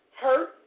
hurt